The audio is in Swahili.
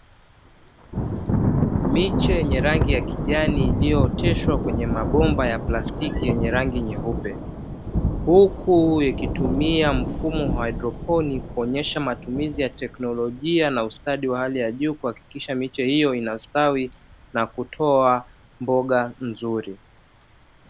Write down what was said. Miche yenye rangi ya kijani, iliyooteshwa kwenye mabomba ya plastiki yenye rangi nyeupe, huku yakitumia mfumo wa haidroponi, kuonyesha matumizi ya teknolojia na ustadi wa hali ya juu kuhakikisha miche hiyo inastawi na kutoa mboga nzuri.